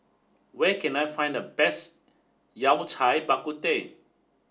where can I find the best Yao Cai Bak Kut Teh